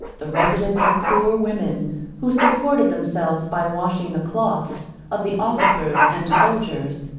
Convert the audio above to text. the residence of poor women who supported themselves by washing the cloaths of the officers and soldiers.